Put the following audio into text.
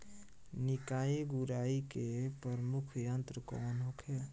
निकाई गुराई के प्रमुख यंत्र कौन होखे?